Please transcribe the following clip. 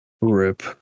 rip